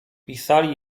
pisali